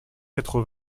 quatre